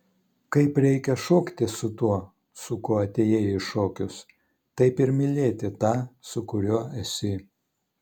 kaip reikia šokti su tuo su kuo atėjai į šokius taip ir mylėti tą su kuriuo esi